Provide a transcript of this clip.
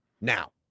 now